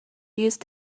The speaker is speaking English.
used